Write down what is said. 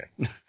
okay